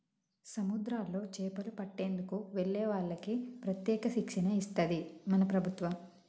సముద్రాల్లో చేపలు పట్టేందుకు వెళ్లే వాళ్లకి ప్రత్యేక శిక్షణ ఇస్తది మన ప్రభుత్వం